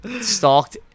stalked